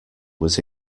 was